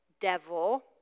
devil